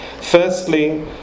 Firstly